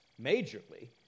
majorly